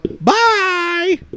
Bye